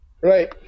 Right